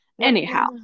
Anyhow